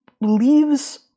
leaves